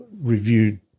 reviewed